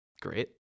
great